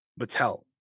Mattel